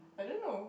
I don't know